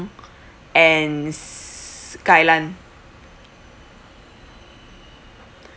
and s~ kai lan